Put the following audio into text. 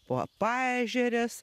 po paežeres